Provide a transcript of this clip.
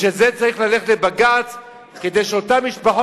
בשביל זה צריך ללכת לבג"ץ כדי שאותן משפחות